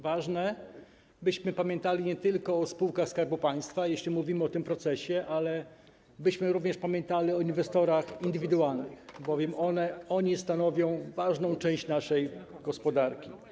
Ważne, byśmy pamiętali nie tylko o spółkach Skarbu Państwa, jeśli mówimy o tym procesie, ale byśmy również pamiętali o inwestorach indywidualnych, bowiem oni stanowią ważną część naszej gospodarki.